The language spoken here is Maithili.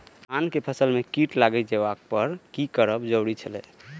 धान के फसल में कीट लागि जेबाक पर की करब जरुरी छल?